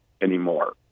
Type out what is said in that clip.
anymore